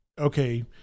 okay